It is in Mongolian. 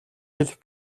хэлэх